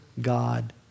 God